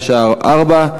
בשעה 16:00.